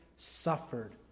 Suffered